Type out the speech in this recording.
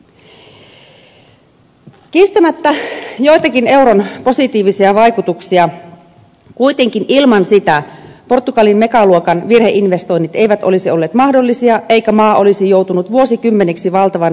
kiistämättä joitakin euron positiivisia vaikutuksia voi sanoa että kuitenkaan ilman sitä portugalin megaluokan virheinvestoinnit eivät olisi olleet mahdollisia eikä maa olisi joutunut vuosikymmeniksi valtavan velkataakan alle